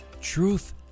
Truth